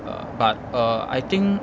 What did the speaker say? err but err I think